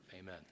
Amen